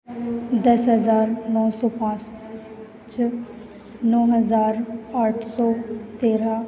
दस हज़ार नौ सौ पाँच पाँच नौ हज़ार आठ सौ तेरह